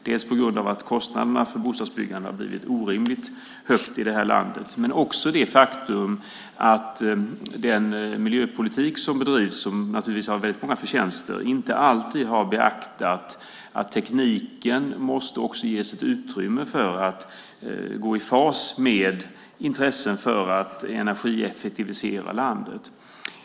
Det beror dels på att kostnaderna för bostadsbyggande har blivit orimligt höga i detta land, dels på det faktum att den miljöpolitik som bedrivs, som naturligtvis har väldigt många förtjänster, inte alltid har beaktat att tekniken också måste ges ett utrymme att gå i fas med intresset av att energieffektivisera landet.